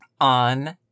on